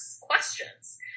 questions